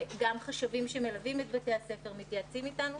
גם חשבים שמלווים את בתי הספר מתייעצים אתנו,